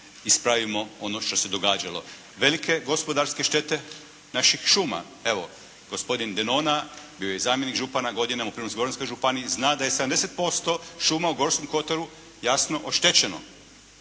ispravimo ono što se događalo. Velike gospodarske štete naših šuma, evo gospodine Denona bio je zamjenik župana godinama u Primorsko-goranskoj županiji, zna da je 70% šuma u Gorskom kotaru jasno oštećeno